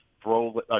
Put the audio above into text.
throw